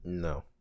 No